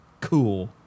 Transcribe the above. Cool